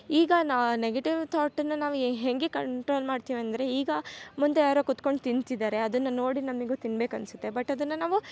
ಈಗ ನೆಗೆಟಿವ್ ತಾಟ್ನ್ನ ನಾವು ಹೇಗೆ ಕಂಟ್ರೋಲ್ ಮಾಡ್ತಿವಂದರೆ ಈಗ ಮುಂದೆ ಯಾರೋ ಕುತ್ಕೊಂಡು ತಿಂತಿದಾರೆ ಅದನ್ನ ನೋಡಿ ನಮಗೂ ತಿನ್ಬೇಕ್ಕನ್ಸತ್ತೆ ಬಟ್ ಅದನ್ನ ನಾವು